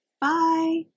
Bye